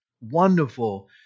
wonderful